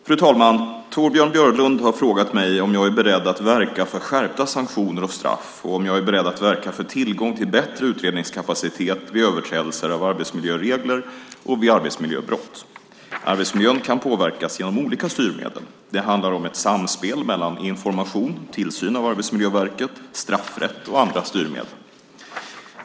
Fru talman! Torbjörn Björlund har frågat mig om jag är beredd att verka för skärpta sanktioner och straff och om jag är beredd att verka för tillgång till bättre utredningskapacitet vid överträdelser av arbetsmiljöregler och vid arbetsmiljöbrott. Arbetsmiljön kan påverkas genom olika styrmedel. Det handlar om ett samspel mellan information, tillsyn av Arbetsmiljöverket, straffrätt och andra styrmedel.